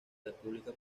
república